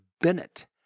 Bennett